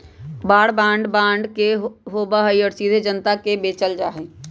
war bond खुदरा bond होबा हई जो सीधे जनता के बेचल जा हई